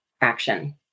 action